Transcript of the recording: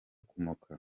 kumoka